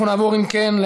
אם כן,